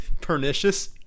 Pernicious